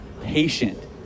patient